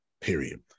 period